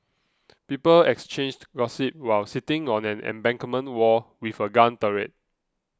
people exchanged gossip while sitting on an embankment wall with a gun turret